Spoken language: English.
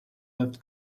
left